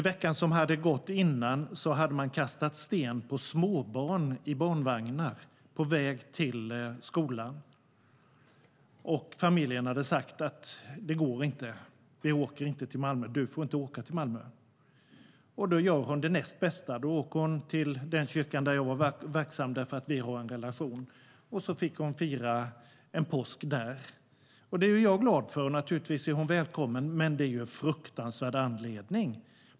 Veckan innan hade man kastat sten på småbarn i barnvagnar på väg till förskolan. Familjen hade sagt: Det går inte. Vi åker inte till Malmö. Du får inte åka till Malmö. Då gjorde hon det näst bästa. Hon åkte till den kyrka där jag är verksam eftersom vi har en relation, och så fick hon fira påsk där. Det är jag glad för. Naturligtvis är hon välkommen, men det är en fruktansvärd anledning.